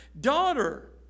daughter